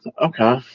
Okay